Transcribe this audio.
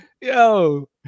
Yo